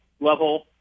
level